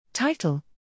Title